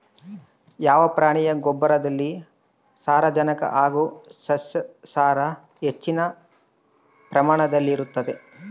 ಯಾವ ಪ್ರಾಣಿಯ ಗೊಬ್ಬರದಲ್ಲಿ ಸಾರಜನಕ ಹಾಗೂ ಸಸ್ಯಕ್ಷಾರ ಹೆಚ್ಚಿನ ಪ್ರಮಾಣದಲ್ಲಿರುತ್ತದೆ?